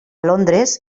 londres